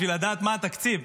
בשביל לדעת מה התקציב.